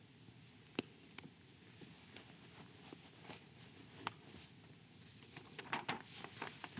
Kiitos.